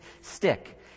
stick